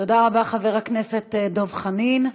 תודה רבה, חבר הכנסת דב חנין.